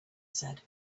said